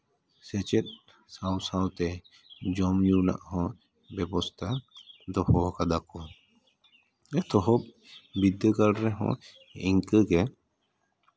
ᱥᱮᱪᱮᱫ ᱥᱟᱶ ᱥᱟᱶᱛᱮ ᱡᱚᱢ ᱧᱩ ᱨᱮᱱᱟᱜ ᱦᱚᱸ ᱵᱮᱵᱚᱥᱛᱷᱟ ᱫᱚᱦᱚᱣ ᱠᱟᱫᱟ ᱠᱚ ᱮᱛᱚᱦᱚᱵ ᱵᱤᱫᱽᱫᱟᱹᱜᱟᱲ ᱨᱮᱦᱚᱸ ᱤᱱᱠᱟᱹ ᱜᱮ